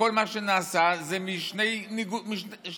וכל מה שנעשה זה משני קצוות: